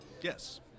Yes